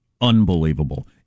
unbelievable